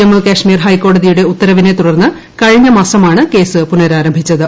ജമ്മുകശ്മീർ ഹൈക്കോടതിയുടെ ഉത്തരവിനെ തുടർന്ന് കഴിഞ്ഞമാസമാണ് കേസ് പുനഃരാരംഭിച്ചത്